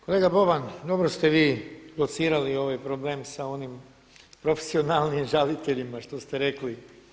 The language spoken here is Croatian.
Kolega Boban, dobro ste vi locirali ovaj problem sa onim profesionalnim žaliteljima što ste rekli.